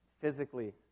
physically